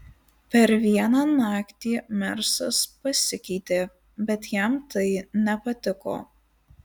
per vieną naktį mersas pasikeitė bet jam tai nepatiko